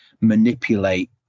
manipulate